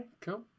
cool